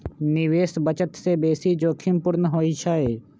निवेश बचत से बेशी जोखिम पूर्ण होइ छइ